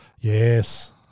Yes